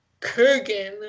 Kurgan